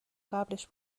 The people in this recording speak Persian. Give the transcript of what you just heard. قبلش